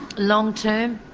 long-term,